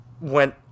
went